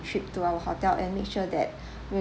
trip to our hotel and make sure that